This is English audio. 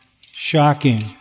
Shocking